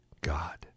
God